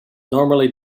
normally